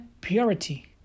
purity